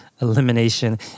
elimination